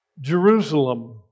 Jerusalem